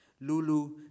Lulu